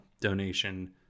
donation